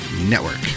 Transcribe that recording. Network